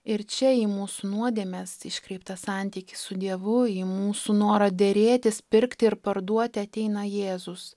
ir čia į mūsų nuodėmes iškreiptą santykį su dievu į mūsų norą derėtis pirkti ir parduoti ateina jėzus